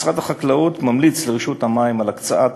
משרד החקלאות ממליץ לרשות המים על הקצאת